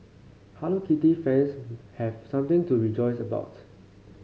Hello Kitty fans have something to rejoice about